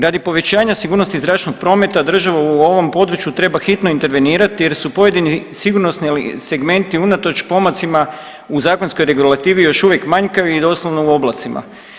Radi povećanja sigurnosti zračnog prometa država u ovom području treba hitno intervenirati jer su pojedini sigurnosni segmenti unatoč pomacima u zakonskoj regulativi još uvijek manjkavi i doslovno u oblacima.